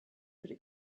could